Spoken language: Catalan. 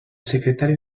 secretari